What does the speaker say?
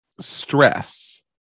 stress